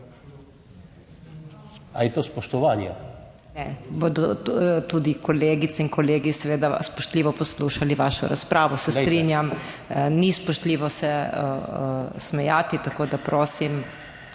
MAG. MEIRA HOT:** Bodo tudi kolegice in kolegi seveda spoštljivo poslušali vašo razpravo, se strinjam. Ni spoštljivo se smejati, tako da prosim,